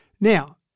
Now